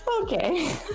Okay